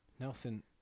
Nelson